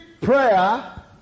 prayer